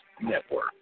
Network